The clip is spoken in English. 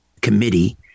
committee